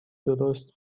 درست